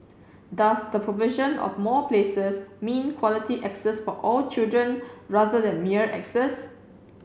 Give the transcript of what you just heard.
does the provision of more places mean quality access for all children rather than mere access